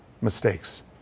mistakes